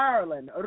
Ireland